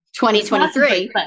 2023